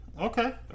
Okay